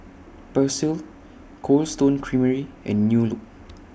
Persil Cold Stone Creamery and New Look